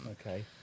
okay